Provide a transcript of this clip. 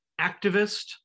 activist